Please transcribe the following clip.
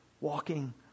walking